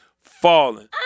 falling